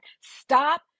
stop